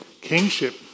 Kingship